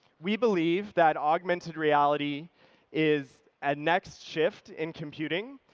we believe that augmented reality is a next shift in computing.